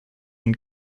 and